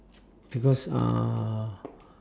because uh